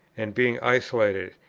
and being isolated,